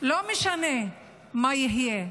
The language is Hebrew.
לא משנה מה יהיה,